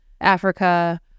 Africa